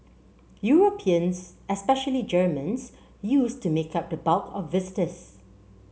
Europeans especially Germans used to make up the bulk of visitors